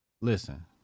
Listen